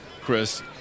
Chris